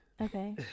Okay